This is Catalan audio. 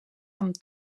amb